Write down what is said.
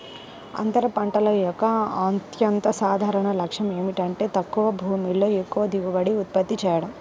అంతర పంటల యొక్క అత్యంత సాధారణ లక్ష్యం ఏమిటంటే తక్కువ భూమిలో ఎక్కువ దిగుబడిని ఉత్పత్తి చేయడం